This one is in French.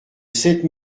sept